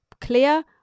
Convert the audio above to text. Clear